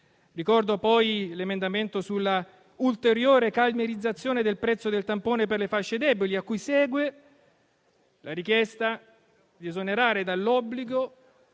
Ricordo poi l'emendamento sulla ulteriore calmierizzazione del prezzo del tampone per le fasce deboli, cui segue la richiesta di esonerare dall'obbligo